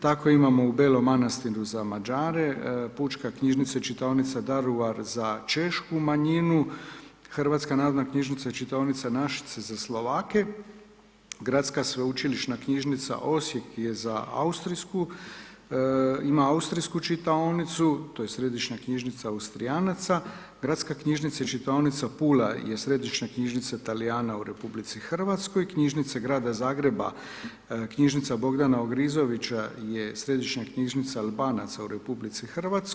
Tako imamo u Belom Manastiru za Mađare, Pučka knjižnica i čitaonica Daruvar za češku manjinu, Hrvatska narodna knjižnica i čitaonica Našice za Slovake, Gradska sveučilišna knjižnica Osijek je za austrijsku ima austrijsku čitaonicu, to je središnja knjižnica Austrijanaca, Gradska knjižnica i čitaonica Pula je središnja knjižnica Talijana u RH, Knjižnice grada Zagreba, knjižnica Bogdana Ogrizovića je središnja knjižnica Albanaca u RH.